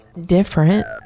different